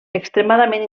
extremadament